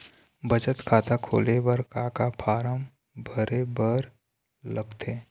बचत खाता खोले बर का का फॉर्म भरे बार लगथे?